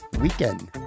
weekend